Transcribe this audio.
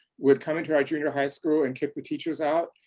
would come into our junior high school and kick the teachers out,